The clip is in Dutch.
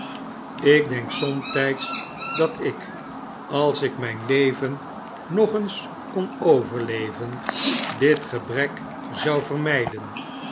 ik denk somtijds dat ik als ik mijn leven nog eens kon overleven dit gebrek zou vermijden